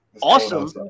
awesome